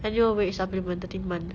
annual wage supplement thirteen month